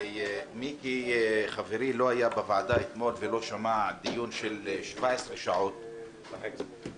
מיקי חברי לא היה בוועדה אתמול ולא שמע דיון של 17 שעות וחצי.